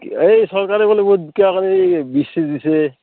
এই চৰকাৰে বোলে এই বিজ চিজ দিছে